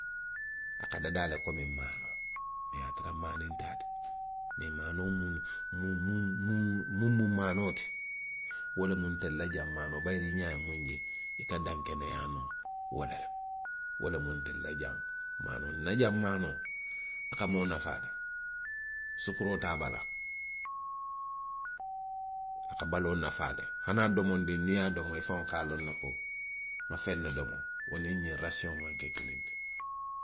A ka dadaa le komi maanoo, mee a ye a tara maani nteŋ a ti. Mee maanoo muŋ, muŋ, muŋ, muŋ, muŋ mu maanoo ti. wo lemu ntelu la jaw maanoo ti bayiri i ňaa muŋ je, i ka dankeneyaa noo wo le la. Wo lemu ntelu la jaw maanoo ti. Nna jaŋ maanoo. a ka moo nafaa le. Sukuroo te a bala. a ka baloo nafaa le. hani a domondiŋ niŋ i ye a domo, ifaŋo ka a loŋ ne konwa feŋ ne domo. Wo niŋ ňiŋ rasiyoŋo maŋ ke kiliŋ ti.